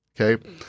Okay